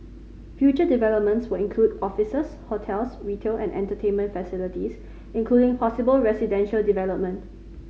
future developments will include offices hotels retail and entertainment facilities including possible residential development